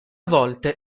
volte